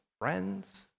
friends